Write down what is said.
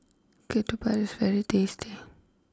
Ketupat is very tasty